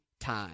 time